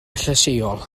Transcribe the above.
llysieuol